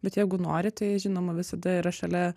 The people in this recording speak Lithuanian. bet jeigu nori tai žinoma visada yra šalia